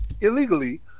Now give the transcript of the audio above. illegally